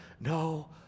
no